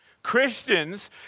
Christians